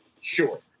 sure